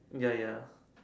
ya ya